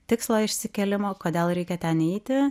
tikslo išsikėlimo kodėl reikia ten eiti